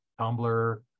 Tumblr